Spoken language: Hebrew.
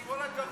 כל הכבוד.